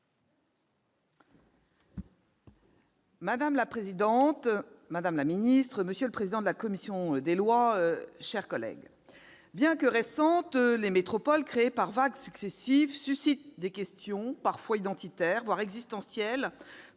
Madame la présidente, madame la ministre, monsieur le président de la commission des lois, chers collègues, bien que récentes, les métropoles créées par vagues successives suscitent des questions, parfois d'ordre identitaire, voire existentielles,